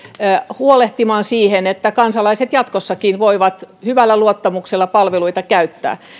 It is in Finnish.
huolehtimaan siitä että kansalaiset jatkossakin voivat hyvällä luottamuksella palveluita käyttää